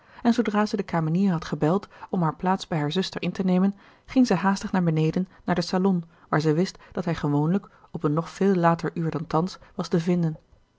en zoodra zij de kamenier had gebeld om haar plaats bij hare zuster in te nemen ging zij haastig naar beneden naar den salon waar zij wist dat hij gewoonlijk op een nog veel later uur dan thans was te vinden